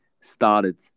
started